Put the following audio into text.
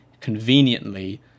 conveniently